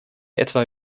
etwa